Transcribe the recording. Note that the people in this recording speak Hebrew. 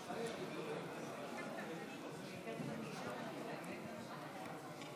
חבריי חברי הכנסת, עמיתיי השרים,